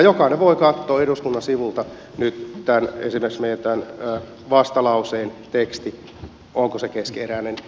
jokainen voi katsoa eduskunnan sivuilta nyt esimerkiksi meidän tämän vastalauseemme tekstin onko se keskeneräinen